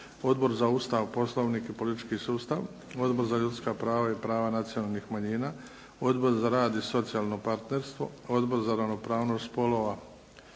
Odbor Ustav, Poslovnik i politički sustav, Odbor za ljudska prava i prava nacionalnih manjina, Odbor za rad i socijalno partnerstvo, Odbor za ravnopravnost spolova.